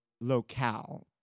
locale